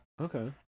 Okay